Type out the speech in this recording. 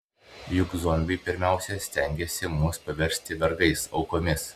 juk zombiai pirmiausia stengiasi mus paversti vergais aukomis